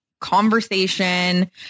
conversation